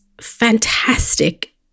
fantastic